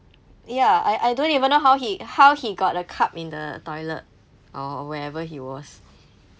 ya I I don't even know how he how he got a cup in the toilet or wherever he was